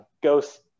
ghost